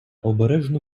обережно